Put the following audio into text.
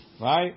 right